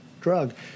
drug